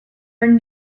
are